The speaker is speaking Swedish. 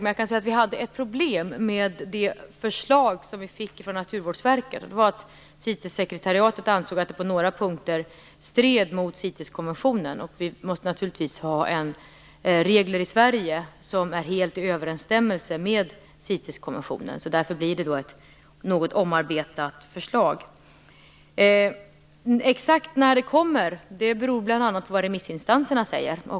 Men jag kan säga att vi hade ett problem med det förslag som vi fick från Naturvårdsverket. CITES-sekretariatet ansåg nämligen att det på några punkter stred mot CITES kommissionen, och vi måste naturligtvis ha regler i kommissionen. Därför blir det ett något omarbetat förslag. Exakt när detta förslag kommer beror bl.a. på vad remissinstanserna säger.